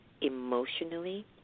emotionally